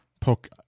poke